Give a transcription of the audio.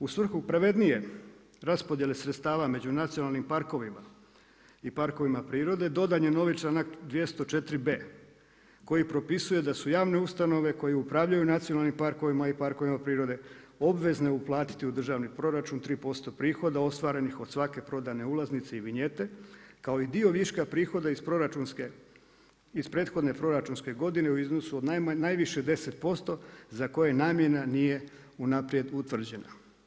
U svrhu pravednije raspodjele sredstava među nacionalnim parkovima i parkovima prirode dodan je novi članak 204.b koji propisuje da su javne ustanove koje upravljaju nacionalnim parkovima i parkovima prirode obvezne uplatiti u državni proračun 3% prihoda ostvarenih od svake prodane ulaznice i vinjete kao i dio viška prihoda iz prethodne proračunske godine u iznosu od najviše 10% za koje namjena nije unaprijed utvrđena.